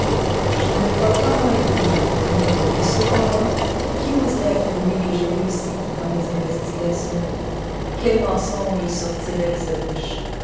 je ne me crois pas moins intelligent qu'un autre et cependant qui oserait affirmer que j'ai réussi dans mes investigations quel mensonge sortirait de sa bouche